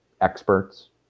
experts